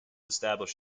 establish